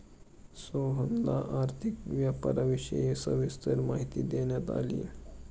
सोहनला आर्थिक व्यापाराविषयी सविस्तर माहिती देण्यात आली